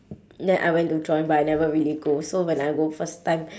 then I went to join but I never really go so when I go first time